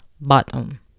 bottom